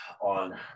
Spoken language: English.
on